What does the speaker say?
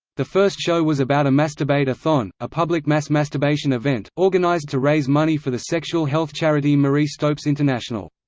the first show was about a masturbate-a-thon, a public mass masturbation event, organised to raise money for the sexual health charity marie stopes international.